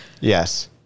yes